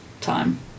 time